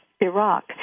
Iraq